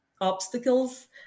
obstacles